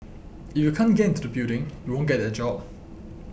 if you can't get into the building you won't get that job